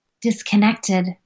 disconnected